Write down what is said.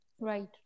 Right